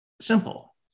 simple